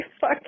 fuck